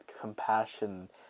compassion